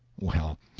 well,